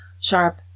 sharp